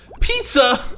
pizza